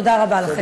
תודה רבה לכם.